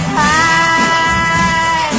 hi